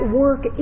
work